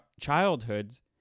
childhoods